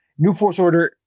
newforceorder